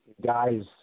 Guys